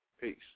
Peace